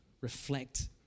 reflect